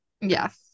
Yes